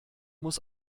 muss